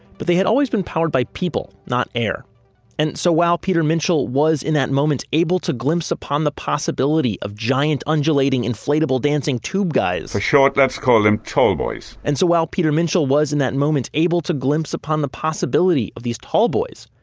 but they had always been powered by people, not air and so while peter minshall was, in that moment able to glimpse upon the possibility of giant undulating inflatable dancing tube guys, for short let's call them tall boys. and so while peter minshall was in that moment, able to glimpse upon the possibility of these tall boys,